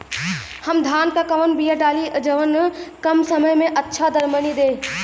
हम धान क कवन बिया डाली जवन कम समय में अच्छा दरमनी दे?